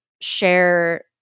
share